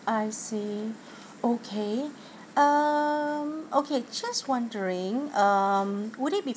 I see okay um okay just wondering um would it be